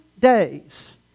days